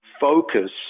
focus